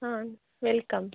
ಹಾಂ ವೆಲ್ಕಮ್